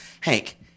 hank